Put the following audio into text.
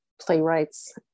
playwrights